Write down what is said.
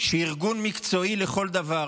שהיא ארגון מקצועי לכל דבר,